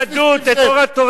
את היהדות, את אור התורה.